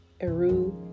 Eru